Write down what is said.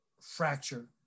fracture